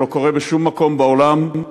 זה לא קורה בשום מקום בעולם.